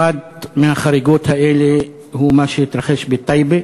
אחת מהחריגות האלה היא מה שהתרחש בטייבה,